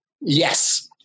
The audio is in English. Yes